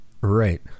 Right